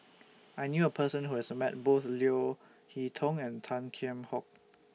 I knew A Person Who has Met Both Leo Hee Tong and Tan Kheam Hock